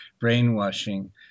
brainwashing